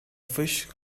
fish